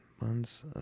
Months